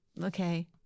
Okay